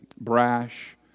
brash